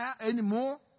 anymore